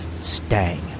Stang